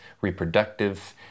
reproductive